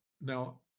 Now